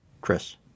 Chris